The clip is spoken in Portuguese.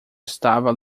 estava